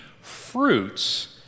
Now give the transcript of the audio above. fruits